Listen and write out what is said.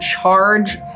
charge